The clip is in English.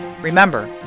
Remember